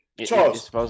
charles